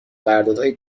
قراردادهای